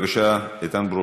מס' 9113,